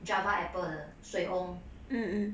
java apple 的水蓊